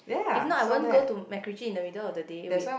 if not I won't go to MacRitchie in the middle of the day with